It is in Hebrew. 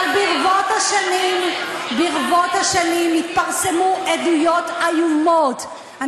אבל ברבות השנים התפרסמו עדויות איומות,